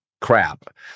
crap